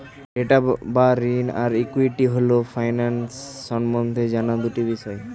date বা ঋণ আর ইক্যুইটি হল ফিন্যান্স সম্বন্ধে জানার দুটি বিষয়